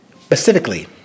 specifically